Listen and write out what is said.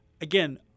Again